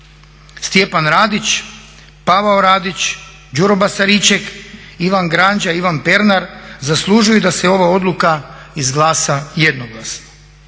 Stjepan Radić, Pavao Radić, Đuro Basariček, Ivan Granđa, Ivan Pernar zaslužuju da se ova odluka izglasa jednoglasno.